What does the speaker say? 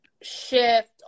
shift